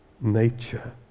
nature